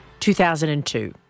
2002